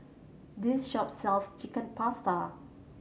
this shop sells Chicken Pasta